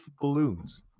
balloons